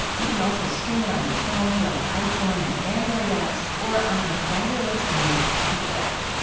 you can also stream it on your phone through our iphone and android apps or on our fabulous new tablet app